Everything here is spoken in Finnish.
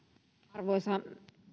arvoisa